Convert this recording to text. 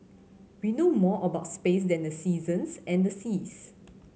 we know more about space than the seasons and the seas